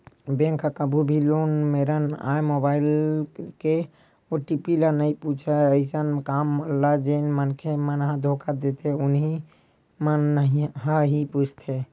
bank ह कभू भी लोगन मेरन आए मोबाईल के ओ.टी.पी ल नइ पूछय अइसन काम ल जेन मनखे मन ह धोखा देथे उहीं मन ह ही पूछथे